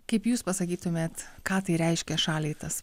kaip jūs pasakytumėt ką tai reiškia šaliai tas